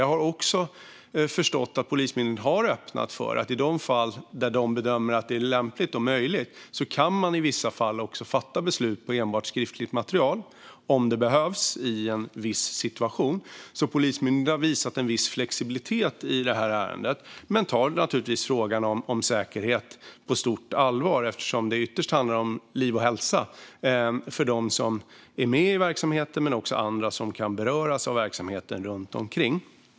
Jag har också förstått att Polismyndigheten har öppnat för att i vissa fall där de bedömer det lämpligt och möjligt kunna fatta beslut enbart utifrån skriftligt material om det behövs i en viss situation. Polismyndigheten har alltså visat en viss flexibilitet i det här ärendet. Men man tar naturligtvis frågan om säkerhet på stort allvar, eftersom det ytterst handlar om liv och hälsa för dem som är med i verksamheten och även för andra som kan beröras av verksamheten runt omkring.